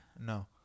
No